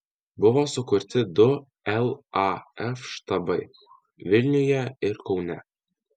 buvo sukurti du laf štabai vilniuje ir kaune